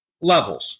levels